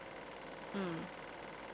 mm